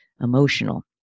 emotional